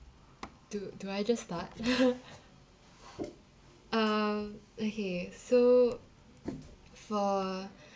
do do I just start uh okay so for